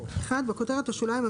בכותרת השוליים,